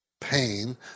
pain